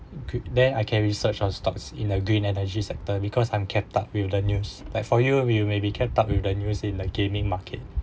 then I can research on stocks in the green energy sector because I'm kept up with the news like for you you may be kept up with the news in like gaming market